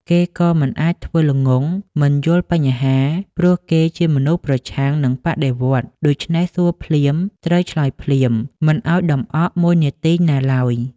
គេក៏មិនអាចធ្វើល្ងង់ មិនយល់បញ្ហា ព្រោះគេជាមនុស្សប្រឆាំងនិងបដិវត្តន៍ ដូច្នេះ សួរភ្លាមត្រូវឆ្លើយភ្លាម មិនឱ្យដំអកមួយនាទីណាឡើយ។